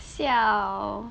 siao